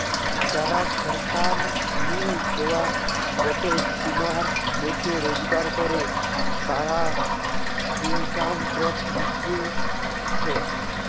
যারা সরকার নু দেওয়া গটে সীমার মধ্যে রোজগার করে, তারা ইনকাম ট্যাক্স দিতেছে